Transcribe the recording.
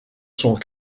sont